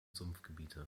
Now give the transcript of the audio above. sumpfgebiete